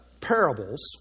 parables